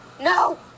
no